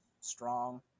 strong